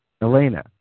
Elena